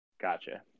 Gotcha